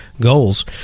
goals